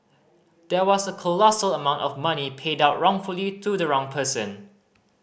there was a colossal amount of money paid out wrongfully to the wrong person